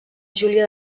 júlia